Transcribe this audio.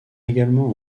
également